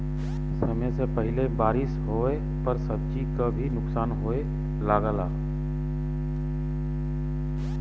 समय से पहिले बारिस होवे पर सब्जी क भी नुकसान होये लगला